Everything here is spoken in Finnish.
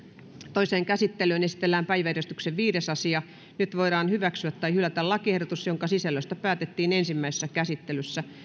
toiseen käsittelyyn esitellään päiväjärjestyksen viides asia nyt voidaan hyväksyä tai hylätä lakiehdotus jonka sisällöstä päätettiin ensimmäisessä käsittelyssä